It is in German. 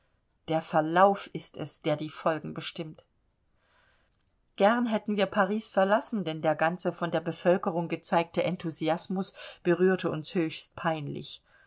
der verlauf ist es der die folgen bestimmt gern hätten wir paris verlassen denn der ganze von der bevölkerung gezeigte enthusiasmus berührte uns höchst peinlich